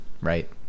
right